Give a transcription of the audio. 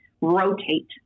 rotate